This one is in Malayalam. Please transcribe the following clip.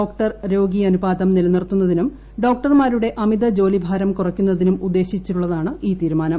ഡോക്ടർ രോഗി അനുപാതം നിലനിർത്തുന്ന തിനും ഡോക്ടർമാരുടെ അമിത ജോലി ഭാരം കുറയ്ക്കുന്നതിനും ഉദ്ദേശിച്ചുള്ളതാണ് ഈ തീരുമാനം